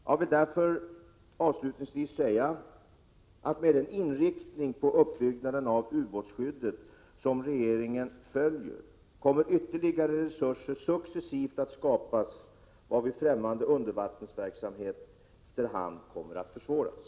Jag vill därför avslutningsvis säga att den inriktning som regeringen givit uppbyggnaden av ubåtsskyddet gör att ytterligare resurser successivt kommer att skapas, varvid främmande undervattensverksamhet efter hand kommer att försvåras.